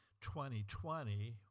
2020